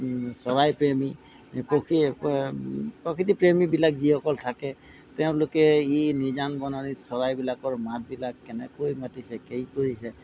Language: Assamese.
চৰাইপ্ৰেমী প্ৰকৃ প্ৰকৃতিপ্ৰেমীবিলাক যিসকল থাকে তেওঁলোকে ই নিজান বননিত চৰাইবিলাকৰ মাতবিলাক কেনেকৈ মাতিছে কি কৰিছে